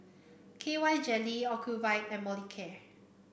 K Y Jelly Ocuvite and Molicare